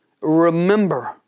remember